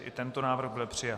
I tento návrh byl přijat.